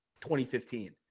2015